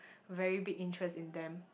very big interest in them